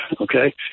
Okay